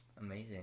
amazing